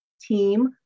team